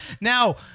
Now